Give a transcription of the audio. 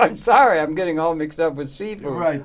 i'm sorry i'm getting all mixed up with siegel right